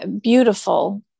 beautiful